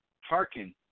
Hearken